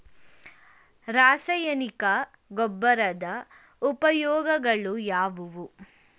ರಾಸಾಯನಿಕ ಗೊಬ್ಬರದ ಉಪಯೋಗಗಳು ಯಾವುವು?